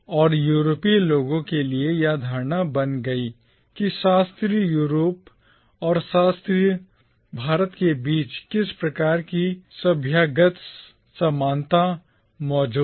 और यूरोपीय लोगों के लिए यह धारणा बन गई कि शास्त्रीय यूरोप और शास्त्रीय भारत के बीच कुछ प्रकार की सभ्यतात्मक आत्मीयता मौजूद है